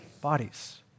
Bodies